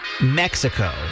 Mexico